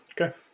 Okay